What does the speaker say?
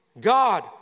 God